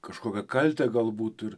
kažkokią kaltę galbūt ir